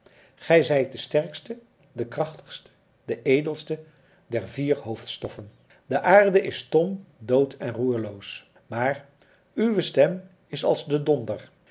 gij zijt de sterkste de krachtigste de edelste der vier hoofdstoffen de aarde is stom dood en roerloos maar uwe stem is als de donder